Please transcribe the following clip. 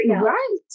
Right